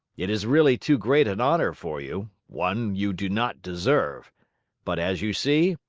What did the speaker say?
it is really too great an honor for you, one you do not deserve but, as you see,